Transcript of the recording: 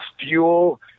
fuel